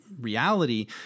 reality